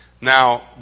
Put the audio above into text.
Now